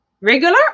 regular